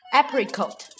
Apricot